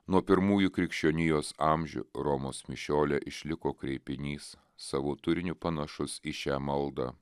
nuo pirmųjų krikščionijos amžių romos mišiole išliko kreipinys savo turiniu panašus į šią maldą